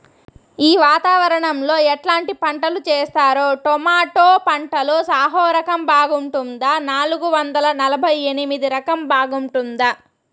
ఈ వాతావరణం లో ఎట్లాంటి పంటలు చేస్తారు? టొమాటో పంటలో సాహో రకం బాగుంటుందా నాలుగు వందల నలభై ఎనిమిది రకం బాగుంటుందా?